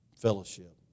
fellowship